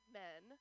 men